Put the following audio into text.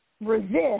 resist